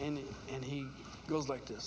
in and he goes like this